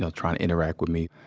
so trying to interact with me.